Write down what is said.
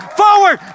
forward